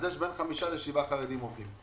לכן יש בין חמישה לשבעה עובדים חרדים.